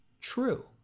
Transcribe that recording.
true